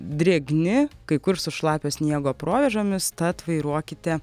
drėgni kai kur su šlapio sniego provėžomis tad vairuokite